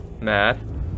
mad